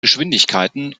geschwindigkeiten